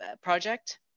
project